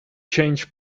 change